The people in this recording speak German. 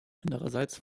andererseits